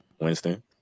Winston